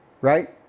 right